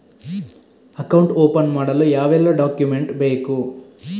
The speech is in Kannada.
ಅಕೌಂಟ್ ಓಪನ್ ಮಾಡಲು ಯಾವೆಲ್ಲ ಡಾಕ್ಯುಮೆಂಟ್ ಬೇಕು?